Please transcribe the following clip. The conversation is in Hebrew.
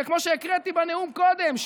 שכמו שהקראתי בנאום קודם,